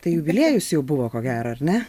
tai jubiliejus jau buvo ko gero ar ne